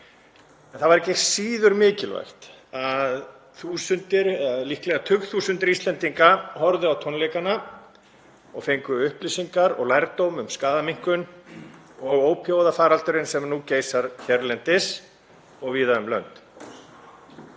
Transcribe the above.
það var ekki síður mikilvægt að þúsundir, líklega tugþúsundir Íslendinga horfðu á tónleikana og fengu upplýsingar og lærdóm um skaðaminnkun og ópíóíðafaraldurinn sem nú geisar hérlendis og víða um lönd.